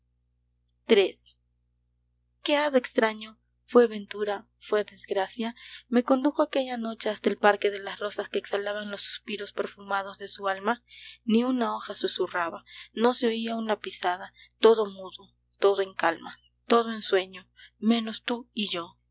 iii qué hado extraño fué ventura fué desgracia me condujo aquella noche hasta el parque de las rosas que exhalaban los suspiros perfumados de su alma ni una hoja susurraba no se oía una pisada todo mudo todo en calma todo en sueño menos tú y yo